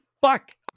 Fuck